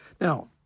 Now